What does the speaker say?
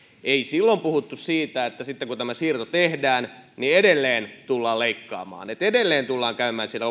ei silloin puhuttu siitä että sitten kun tämä siirto tehdään niin edelleen tullaan leikkaamaan että edelleen tullaan käymään siellä